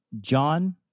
John